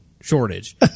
shortage